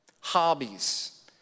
Hobbies